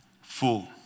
full